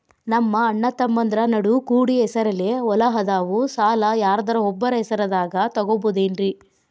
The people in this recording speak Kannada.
ನಮ್ಮಅಣ್ಣತಮ್ಮಂದ್ರ ನಡು ಕೂಡಿ ಹೆಸರಲೆ ಹೊಲಾ ಅದಾವು, ಸಾಲ ಯಾರ್ದರ ಒಬ್ಬರ ಹೆಸರದಾಗ ತಗೋಬೋದೇನ್ರಿ?